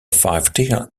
five